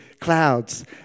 clouds